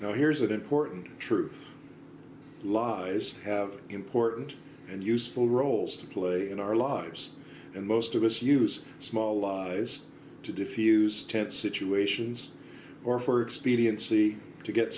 time now here's an important truth lies have an important and useful roles to play in our lives and most of us use small lies to defuse tense situations or for expediency to get